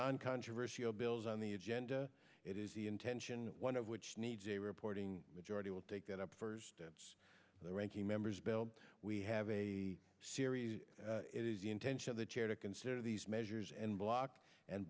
non controversial bills on the agenda it is the intention one of which needs a reporting majority will take that up first steps the ranking members build we have a series it is intention of the chair to consider these measures and block and